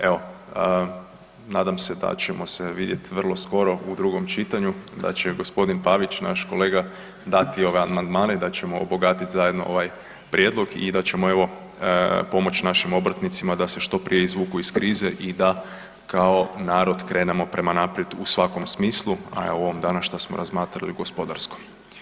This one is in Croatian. Evo, nadam se da ćemo se vidjeti vrlo skoro u drugom čitanju, da će g. Pavić, naš kolega dati ove amandmane i da ćemo obogatiti zajedno ovaj prijedlog i da ćemo evo pomoći našim obrtnicima da se što prije izvuku iz krize i da kao narod krenemo prema naprijed u svakom smislu a evo u ovom danas što smo razmatrali, i u gospodarskom.